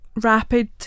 rapid